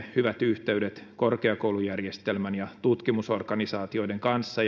hyvät yhteydet elinkeinoelämälle korkeakoulujärjestelmään ja tutkimusorganisaatioihin